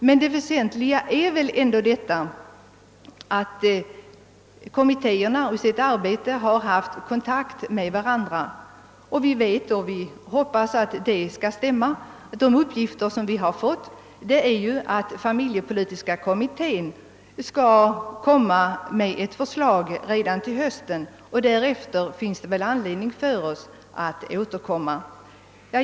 Men det väsentliga är väl ändå att kommittéerna i sitt arbete har haft kontakt med varandra. Enligt de uppgifter vi har fått skall familjepolitiska kommittén lägga fram ett förslag redan till hösten. Därefter finns det anledning för oss att återkomma.